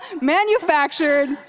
manufactured